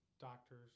doctors